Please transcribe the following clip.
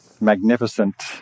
magnificent